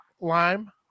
lime